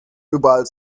überall